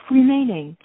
remaining